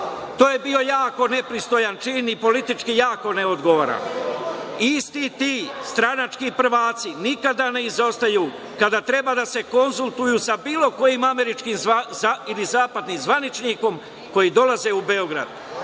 To je bio jako nepristojan čin i politički jako neodgovoran. Isti ti stranački prvaci, nikada ne izostaju kada treba da se konsultuju sa bilo kojim američkim ili zapadnim zvaničnikom, koji dolaze u Beograd.